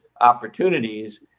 opportunities